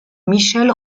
michel